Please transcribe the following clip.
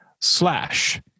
slash